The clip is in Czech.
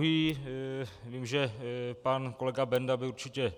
Vím, že pan kolega Benda by určitě